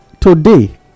today